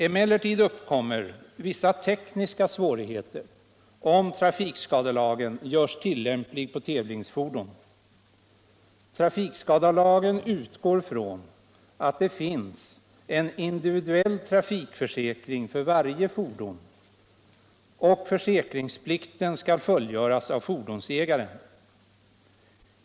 Emellertid uppkommer vissa tekniska svårigheter, om trafikskadelagen görs tillämplig på tävlingsfordon. Trafikskadelagen utgår från att det finns en individuell trafikförsäkring för varje fordon, och försäkringsplikten skall fullgöras av fordonsägaren.